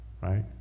right